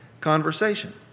conversation